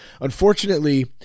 Unfortunately